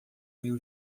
mil